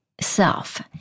self